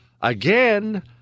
Again